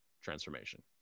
transformation